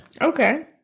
Okay